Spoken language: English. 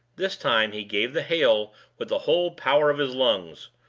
this time he gave the hail with the whole power of his lungs.